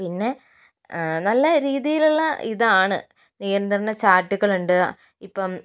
പിന്നെ നല്ല രീതിയിൽ ഉള്ള ഇതാണ് നിയന്ത്രണ ചാർട്ടുകളുണ്ട് ഇപ്പം